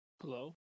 Hello